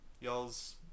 y'all's